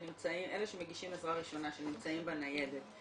אלה שמגישים עזרה ראשונה שנמצאים בניידת,